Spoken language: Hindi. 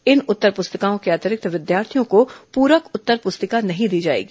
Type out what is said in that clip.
इन उत्तर प्रस्तिकाओं के अतिरिक्त विद्यार्थियों को पूरक उत्तर प्रस्तिका नहीं दी जाएगी